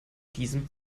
diesem